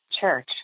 church